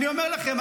אני אומר לכם,